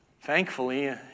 Thankfully